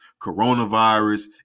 coronavirus